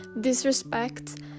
disrespect